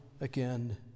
again